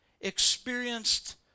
experienced